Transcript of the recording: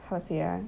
how to say ah